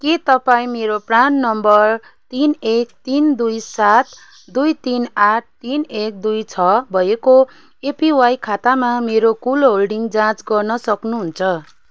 के तपाईँँ मेरो प्रान नम्बर तिन एक तिन दुई सात दुई तिन आठ तिन एक दुई छ भएको एपिवाई खातामा मेरो कुल होल्डिङ जाँच गर्न सक्नुहुन्छ